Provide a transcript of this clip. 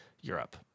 Europe